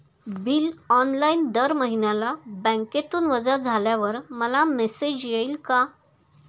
Bill online दर महिन्याला बँकेतून वजा झाल्यावर मला मेसेज येईल का?